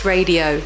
Radio